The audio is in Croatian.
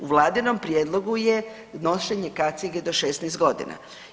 U vladinom prijedlogu je nošenje kacige do 16 godina.